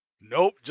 Nope